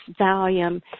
Valium